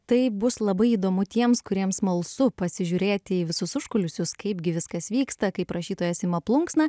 tai bus labai įdomu tiems kuriems smalsu pasižiūrėti į visus užkulisius kaipgi viskas vyksta kaip rašytojas ima plunksną